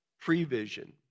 Prevision